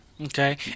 Okay